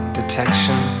detection